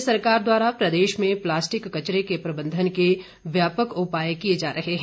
राज्य सरकार द्वारा प्रदेश में प्लास्टिक कचरे के प्रबंधन के व्यापक उपाय किए जा रहे हैं